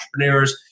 entrepreneurs